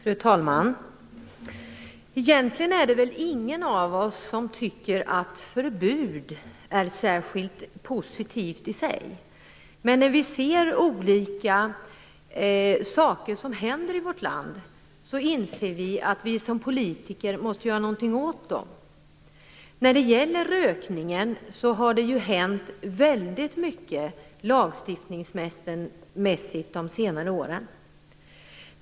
Fru talman! Egentligen är det väl ingen av oss som tycker att förbud är särskilt positivt i sig, men när vi ser olika saker som händer i vårt land inser vi att vi som politiker måste göra någonting åt dem. När det gäller rökning har det ju hänt väldigt mycket lagstiftningsmässigt under de senare åren.